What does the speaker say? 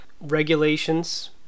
regulations